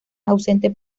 ausente